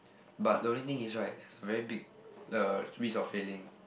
but the main thing is right there's a very big the risk of failing